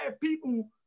people